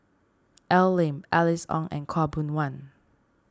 Al Lim Alice Ong and Khaw Boon Wan